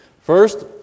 First